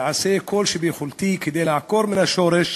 ואעשה כל שביכולתי כדי לעקור מן השורש